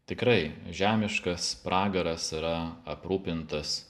tikrai žemiškas pragaras yra aprūpintas